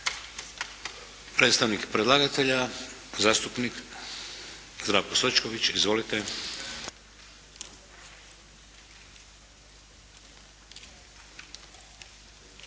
Predstavnik predlagatelja, zastupnik Zdravko Sočković. Izvolite.